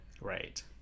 Right